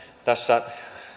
tässä